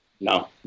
No